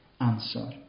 answer